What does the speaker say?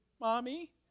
mommy